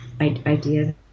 idea